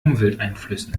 umwelteinflüssen